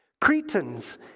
Cretans